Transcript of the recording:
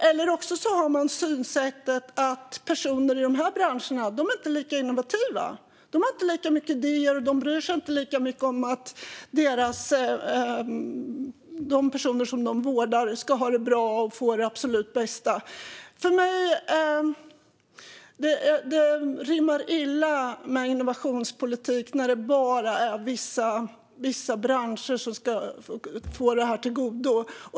Eller också har man synsättet att personer i de här branscherna inte är lika innovativa, inte har lika mycket idéer och inte bryr sig lika mycket om att de personer som de vårdar ska ha det bra och få det absolut bästa. För mig rimmar det illa med innovationspolitik när det bara är vissa branscher som ska få det här till godo.